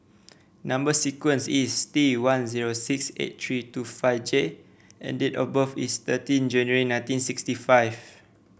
number sequence is T one zero six eight three two five J and date of birth is thirty January nineteen sixty five